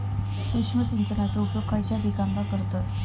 सूक्ष्म सिंचनाचो उपयोग खयच्या पिकांका करतत?